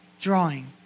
drawing